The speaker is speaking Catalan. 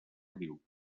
riu